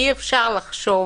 אי אפשר לחשוב